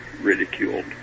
ridiculed